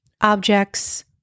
objects